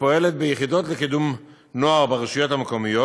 הפועלת ביחידות לקידום נוער ברשויות המקומיות,